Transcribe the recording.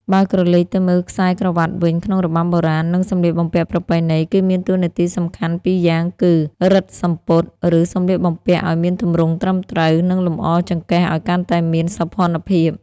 បើក្រឡេកទៅមើលខ្សែក្រវាត់វិញក្នុងរបាំបុរាណ និងសម្លៀកបំពាក់ប្រពៃណី គឺមានតួនាទីសំខាន់ពីរយ៉ាងគឺ រឹតសំពត់ ឬសម្លៀកបំពាក់ ឲ្យមានទម្រង់ត្រឹមត្រូវ និងលម្អចង្កេះឲ្យកាន់តែមានសោភ័ណភាព។